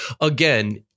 again